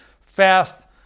fast